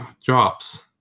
Jobs